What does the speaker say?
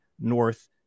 north